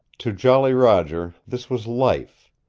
to jolly roger this was life,